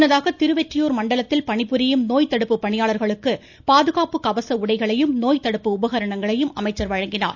முன்னதாக திருவெற்றியூர் மண்டலத்தில் பணிபுரியும் நோய் தடுப்பு பணியாளர்களுக்கு பாதுகாப்பு கவச உடைகளையும் நோய் தடுப்பு உபகரணங்களையும் அமைச்சர் வழங்கினார்